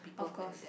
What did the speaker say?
of course